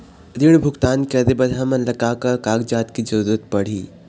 ऋण भुगतान करे बर हमन ला का का कागजात के जरूरत पड़ही?